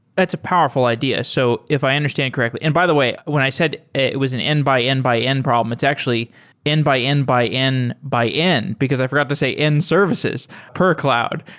that's a powerful idea. so if i understand correctly by the way, when i said it was an n by n by n problem, it's actually n by n by n by n, because i forgot to say n services per cloud.